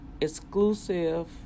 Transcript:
exclusive